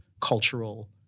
cultural